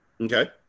Okay